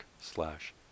slash